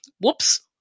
Whoops